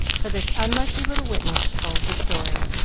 for this unlucky little witness told the story.